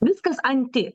viskas anti